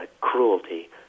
cruelty